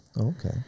okay